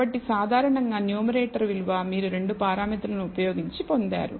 కాబట్టి సాధారణంగా న్యూమరేటర్ విలువ మీరు 2 పారామితులను ఉపయోగించినందున పొందారు